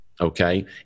okay